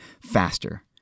faster